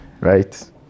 Right